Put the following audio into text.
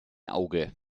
auge